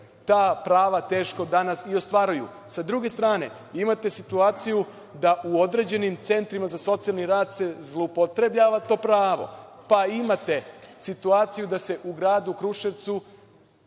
ta prava teško danas i ostvaruju. Sa druge strane imate situaciju da u određenim centrima za socijalni rad se zloupotrebljava to pravo. Pa, imate situaciju da se u gradu Kruševcu